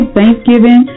Thanksgiving